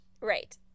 Right